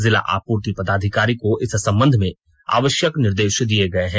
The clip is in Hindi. जिला आपूर्ति पदाधिकारी को इस संबंध में आवश्यक निर्देश दिए गए हैं